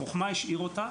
בחוכמה,